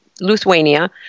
Lithuania